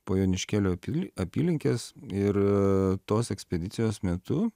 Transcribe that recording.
po joniškėlio apylinkes ir tos ekspedicijos metu